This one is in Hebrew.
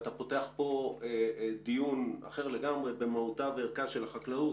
אתה פותח כאן דיון אחר לגמרי במהותה וערכה של החקלאות.